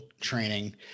training